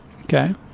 okay